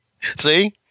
See